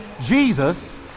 Jesus